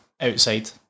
outside